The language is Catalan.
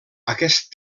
aquest